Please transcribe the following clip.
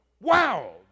wow